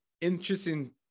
interesting